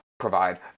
Provide